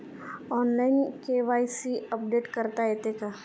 Online KYC update करता येते का?